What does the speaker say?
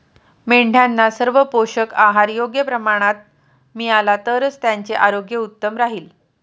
मेंढ्यांना सर्व पोषक आहार योग्य प्रमाणात मिळाला तर त्यांचे आरोग्य उत्तम राहील